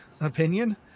opinion